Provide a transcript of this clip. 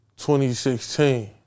2016